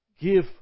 give